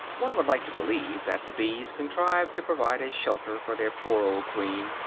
one would like to believe that the bees contrive to provide a shelter for their poor old queen,